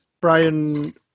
Brian